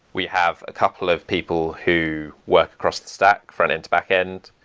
we have a couple of people who work across the stack, frontend to backend.